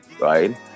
right